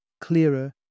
clearer